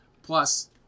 Plus